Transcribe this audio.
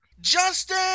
Justin